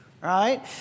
right